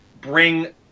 bring